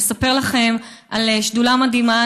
אני רוצה לספר לכם על שדולה מדהימה,